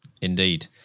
Indeed